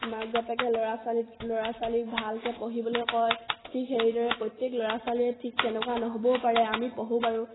মাক বাপেকে ল'ৰা ছোৱালীক ল'ৰা ছোৱালীক ভালকৈ পঢ়িবলৈ কয় ঠিক সেইদৰে প্ৰত্যেক ল'ৰা ছোৱালীয়ে ঠিক তেনেকুৱা নহ'বও পাৰে আমি পঢ়ো বাৰু